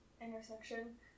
intersection